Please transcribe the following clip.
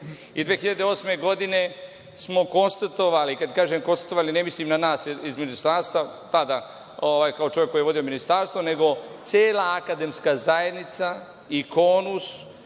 2008. smo konstatovali, kada kažem konstatovali, ne mislim na nas iz Ministarstva, kao čovek koji je tada vodio ministarstvo, nego cela akademska zajednica i Konus,